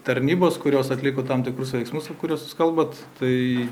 tarnybos kurios atliko tam tikrus veiksmus apie kuriuos jūs kalbat tai